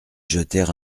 jeter